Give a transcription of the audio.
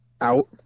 out